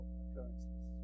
occurrences